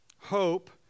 Hope